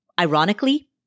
ironically